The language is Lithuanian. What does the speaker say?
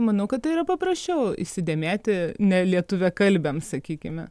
manau kad tai yra paprasčiau įsidėmėti nelietuviakalbiam sakykime